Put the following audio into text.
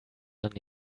than